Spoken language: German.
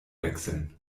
wechseln